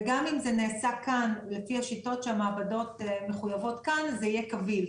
וגם אם זה נעשה כאן לפי השיטות שהמעבדות מחויבות כאן זה יהיה קביל.